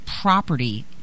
property